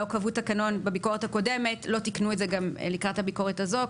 קבעו תקנון בביקורת הקודמת לא תיקנו את זה גם לקראת הביקורת הזאת.